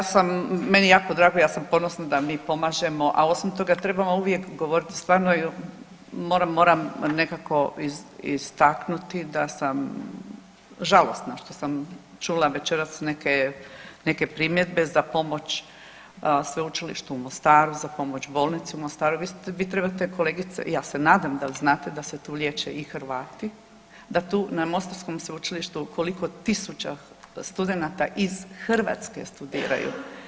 Pa ja, ja sam, meni je jako drago, ja sam ponosna da mi pomažemo, a osim toga, trebamo uvijek govoriti, stvarno moram, moram nekako istaknuti da sam žalosna što sam čula večeras neke primjedbe za pomoć Sveučilištu u Mostaru, za pomoć bolnici u Mostaru, vi ste, vi trebate, kolegice, ja se nadam da znate da se tu liječe i Hrvati, da tu na mostarskom sveučilištu koliko tisuća studenata iz Hrvatske studiraju.